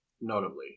Notably